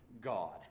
God